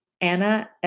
Anna